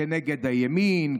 כנגד הימין,